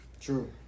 True